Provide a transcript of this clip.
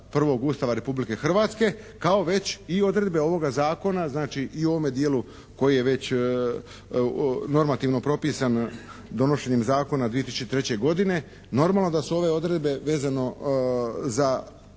1. Ustava Republike Hrvatske kao već i odredbe ovoga zakona znači i u ovome dijelu koji je već normativno propisan donošenjem zakona 2003. godine, normalno da su ove odredbe vezano za